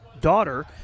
daughter